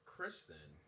Kristen